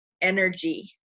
energy